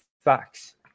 facts